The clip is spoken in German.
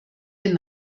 den